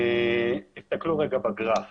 תסתכלו רגע בגרף